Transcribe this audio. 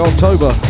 October